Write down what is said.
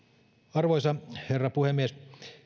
arvoisa herra puhemies